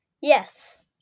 Yes